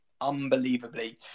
unbelievably